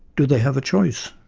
do they have a choice?